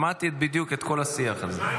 שמעתי בדיוק את כל השיח הזה.